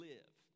Live